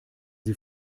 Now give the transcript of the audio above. sie